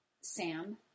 Sam